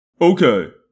Okay